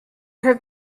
have